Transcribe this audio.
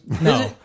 no